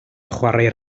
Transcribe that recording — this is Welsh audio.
chwarae